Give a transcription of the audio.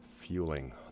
Fueling